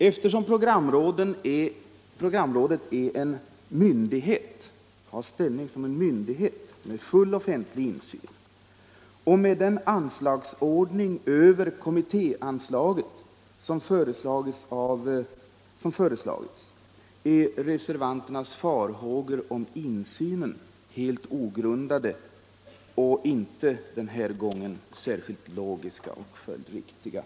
Eftersom programrådet skall ha ställning av myndighet med full offentlig insyn och med den anslagsordning över kommittéanslaget som föreslagits, är reservanternas farhågor om insynen helt ogrundade och denna gång inte särskilt logiska och följdriktiga.